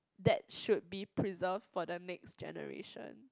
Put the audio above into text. that should be preserved for the next generation